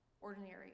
ordinary